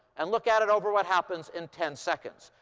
and look at it over what happens in ten seconds.